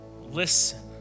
Listen